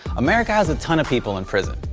america has a ton of people in prison.